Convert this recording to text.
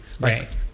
Right